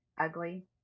ugly